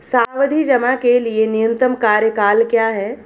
सावधि जमा के लिए न्यूनतम कार्यकाल क्या है?